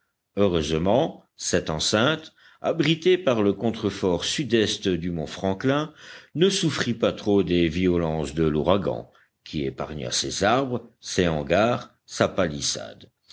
heureusement cette enceinte abritée par le contrefort sud-est du mont franklin ne souffrit pas trop des violences de l'ouragan qui épargna ses arbres ses hangars sa palissade